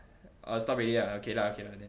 oh stop already okay lah okay lah then